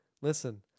listen